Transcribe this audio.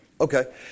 Okay